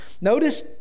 Notice